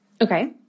Okay